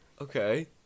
Okay